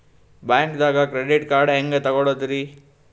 ಬ್ಯಾಂಕ್ದಾಗ credit card ಹೆಂಗ್ ತಗೊಳದ್ರಿ?